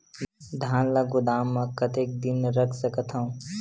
धान ल गोदाम म कतेक दिन रख सकथव?